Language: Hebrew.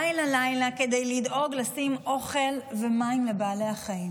לילה-לילה כדי לדאוג ולשים אוכל ומים לבעלי החיים.